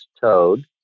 Toad